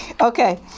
Okay